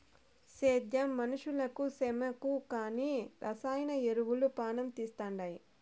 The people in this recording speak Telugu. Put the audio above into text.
సేద్యం మనుషులకు సేమకు కానీ రసాయన ఎరువులు పానం తీస్తండాయి